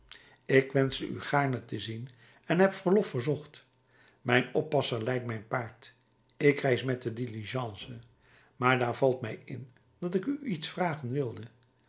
ik wenschte u gaarne te zien en heb verlof verzocht mijn oppasser leidt mijn paard ik reis met de diligence maar daar valt mij in dat ik u iets vragen wilde